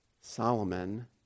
Solomon